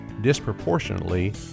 disproportionately